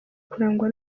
kurangwa